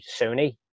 Sony